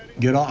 get um